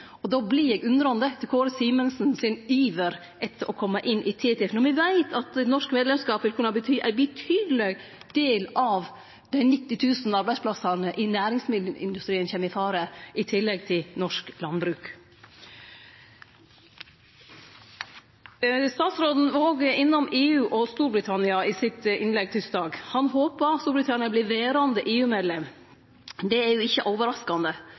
Eg vert undrande til Kåre Simensen sin iver etter å kome inn i TTIP når vi veit at norsk medlemskap vil kunne bety at ein betydeleg del av dei 90 000 arbeidsplassane i næringsmiddelindustrien og jordbruket kjem i fare. Statsråden var òg innom EU og Storbritannia i innlegget tysdag. Han håper at Storbritannia vert verande EU-medlem. Det er ikkje overraskande.